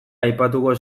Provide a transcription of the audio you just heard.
aipatuko